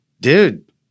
Dude